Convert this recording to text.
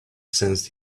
sensed